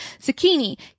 Zucchini